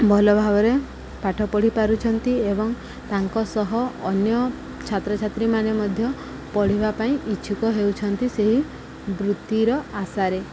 ଭଲ ଭାବରେ ପାଠ ପଢ଼ି ପାରୁଛନ୍ତି ଏବଂ ତାଙ୍କ ସହ ଅନ୍ୟ ଛାତ୍ରଛାତ୍ରୀମାନେ ମଧ୍ୟ ପଢ଼ିବା ପାଇଁ ଇଚ୍ଛୁକ ହେଉଛନ୍ତି ସେହି ବୃତ୍ତିର ଆଶାରେ